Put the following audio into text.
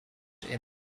into